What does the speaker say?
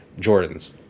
Jordans